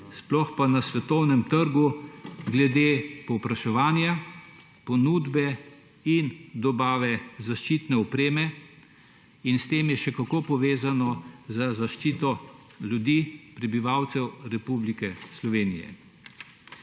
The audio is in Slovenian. tudi na svetovnem trgu, glede povpraševanja, ponudbe in dobave zaščitne opreme, to je še kako povezano z zaščito ljudi, prebivalcev Republike Slovenije.